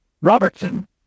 Robertson